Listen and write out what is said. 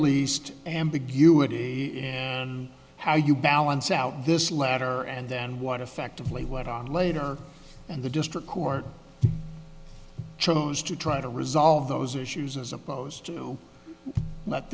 least ambiguity how you balance out this letter and then what effectively went on later and the district court chose to try to resolve those issues as opposed to